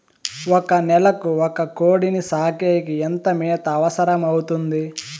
ఒక నెలకు ఒక కోడిని సాకేకి ఎంత మేత అవసరమవుతుంది?